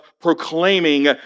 proclaiming